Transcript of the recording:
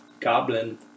goblin